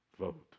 Vote